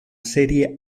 serie